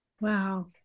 Wow